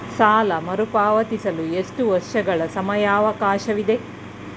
ಸಾಲ ಮರುಪಾವತಿಸಲು ಎಷ್ಟು ವರ್ಷಗಳ ಸಮಯಾವಕಾಶವಿದೆ?